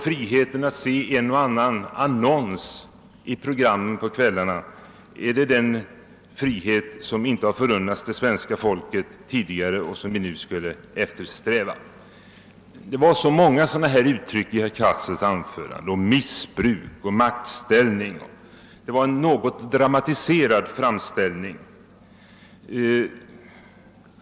Friheten att se en och annan annons i TV på kvällarna, är det den friheten som inte har förunnats det svenska folket tidigare och som nu skall eftersträvas? Det förekom många sådana uttryck som missbruk och maktställning i herr Cassels något dramatiserade framtällning.